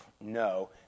no